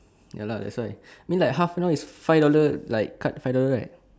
ya lah that's why mean like half an hour is five dollar like cut five dollar right